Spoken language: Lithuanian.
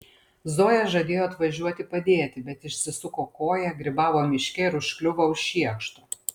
zoja žadėjo atvažiuoti padėti bet išsisuko koją grybavo miške ir užkliuvo už šiekšto